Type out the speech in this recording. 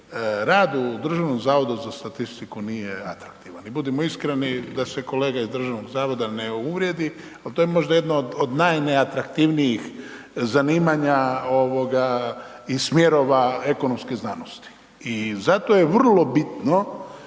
rad u Državnom zavodu za statistiku nije atraktivan i budimo iskreni da se kolega iz državnog zavoda ne uvrijedi, ali to je možda jedna od najneatraktivnijih zanimanja ovoga i smjerova ekonomske znanosti i zato je vrlo bitno